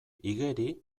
igeri